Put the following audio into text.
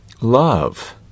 love